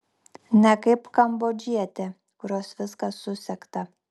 ne kaip kambodžietė kurios viskas susegta